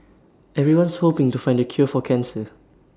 everyone's hoping to find the cure for cancer